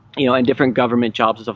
you know in different government jobs, ah